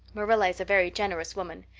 marilla is a very generous woman.